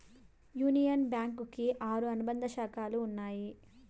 union bank కి ఆరు అనుబంధ శాఖలు ఉన్నాయి